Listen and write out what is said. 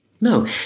No